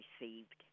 received